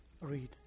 read